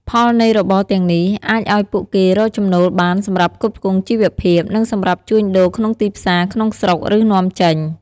ផលនៃរបរទាំងនេះ អាចឲ្យពួកគេរកចំណូលបានសម្រាប់ផ្គត់ផ្គង់ជីវភាព និងសម្រាប់ជួញដូរក្នុងទីផ្សារក្នុងស្រុក ឬនាំចេញ។